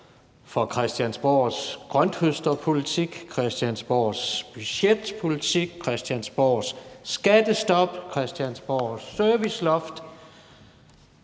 for Christiansborgs grønthøsterpolitik, Christiansborgs budgetpolitik, Christiansborgs skattestop, Christiansborgs serviceloft,